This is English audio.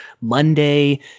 Monday